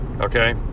Okay